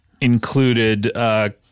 included